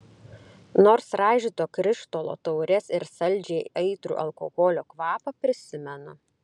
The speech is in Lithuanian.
nors raižyto krištolo taures ir saldžiai aitrų alkoholio kvapą prisimenu